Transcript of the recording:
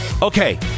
Okay